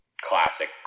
Classic